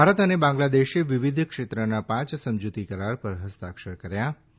ભારત અને બાંગ્લાદેશે વિવિધ ક્ષેત્રના પાંચ સમજૂતી કરાર પર હસ્તાંક્ષર કર્યા છે